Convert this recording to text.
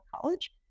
college